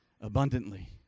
abundantly